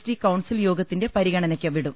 T council യോഗ ത്തിന്റെ പരിഗണനയ്ക്ക് വിടും